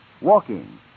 Walking